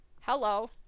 Hello